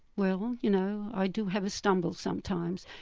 well you know, i do have a stumble sometimes.